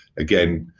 again,